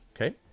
okay